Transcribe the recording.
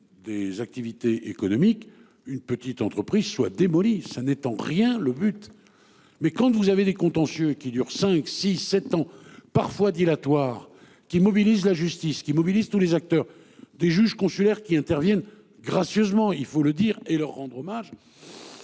Des activités économiques, une petite entreprise soit démoli. Ça n'est. Attends rien le but. Mais quand vous avez des contentieux qui durent 5 6, 7 ans, parfois dilatoires qui mobilise la justice qui mobilise tous les acteurs des juges consulaires qui interviennent gracieusement, il faut le dire et leur rendre hommage.